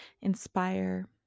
inspire